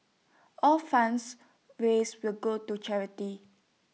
all funds raised will go to charity